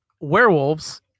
werewolves